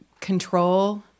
control